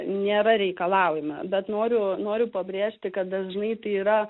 nėra reikalaujama bet noriu noriu pabrėžti kad dažnai tai yra